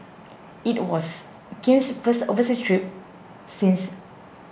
it was Kim's first overseas trip since